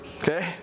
Okay